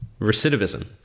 recidivism